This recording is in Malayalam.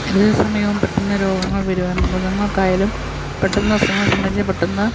ഏത് സമയവും പെട്ടെന്ന് രോഗങ്ങൾ വരിക മൃഗങ്ങൾക്കായാലും പെട്ടെന്ന് അസുഖങ്ങൾ സംബന്ധിച്ച് പെട്ടെന്ന്